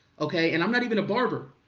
okay. and i'm not even a barber.